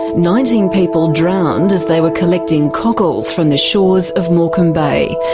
nineteen people drowned as they were collecting cockles from the shores of morecambe bay.